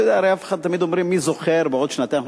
הרי תמיד אומרים מי זוכר בעוד שנתיים,